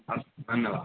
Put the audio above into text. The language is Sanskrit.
अस्तु धन्यवादः